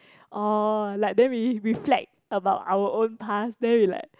orh like then we we reflect about our own past then we like